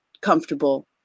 comfortable